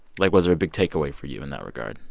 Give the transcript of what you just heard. like, was there a big takeaway for you in that regard?